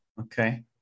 Okay